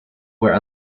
were